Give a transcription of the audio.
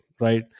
right